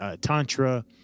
tantra